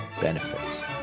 benefits